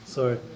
Sorry